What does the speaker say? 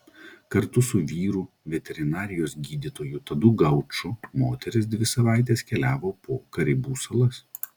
kartu su vyru veterinarijos gydytoju tadu gauču moteris dvi savaites keliavo po karibų salas